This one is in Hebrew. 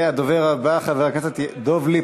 הדובר הבא, חבר